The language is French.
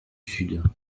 sud